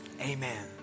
amen